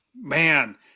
Man